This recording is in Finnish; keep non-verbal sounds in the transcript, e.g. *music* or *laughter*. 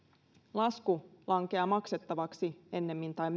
lasku lankeaa maksettavaksi ennemmin tai *unintelligible*